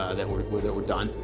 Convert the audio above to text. ah that were were that were done,